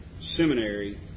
seminary